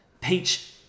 Peach